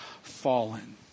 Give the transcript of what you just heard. fallen